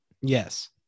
Yes